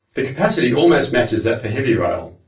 the capacity almost matches that for heavy rail.